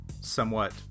somewhat